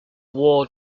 war